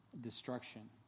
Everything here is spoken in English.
destruction